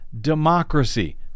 democracy